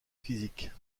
physique